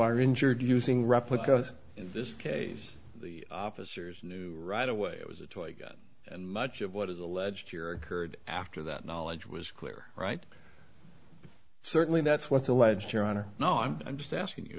are injured using replicas in this case the op a serious knew right away it was a toy gun and much of what is alleged here occurred after that knowledge was clear right certainly that's what's alleged here on her no i'm just asking you